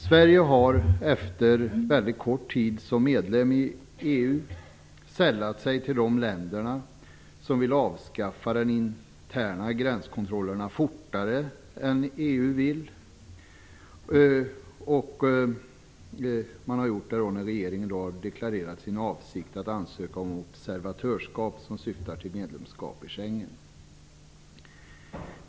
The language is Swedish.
Sverige har efter väldigt kort tid som medlem i EU sällat sig till de länder som vill avskaffa de interna gränskontrollerna fortare än vad EU vill i och med att regeringen har deklarerat sin avsikt att ansöka om observatörsskap som syftar till medlemskap i Schengen.